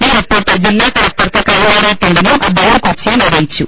ഈ റിപ്പോർട്ട് ജില്ലാ കല്പക്ടർക്ക് കൈമാ റിയിട്ടുണ്ടെന്നും അദ്ദേഹം കൊച്ചിയിൽ അറിയിച്ചു